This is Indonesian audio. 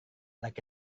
laki